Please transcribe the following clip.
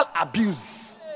abuse